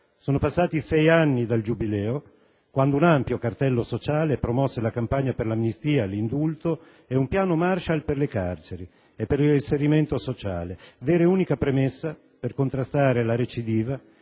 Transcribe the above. Sono passati sei anni dal Giubileo, quando un ampio «Cartello sociale» promosse la campagna per l'amnistia, l'indulto e un «piano Marshall» per le carceri e per il reinserimento sociale, vera e unica premessa per contrastare la recidiva